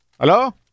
Hello